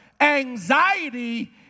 anxiety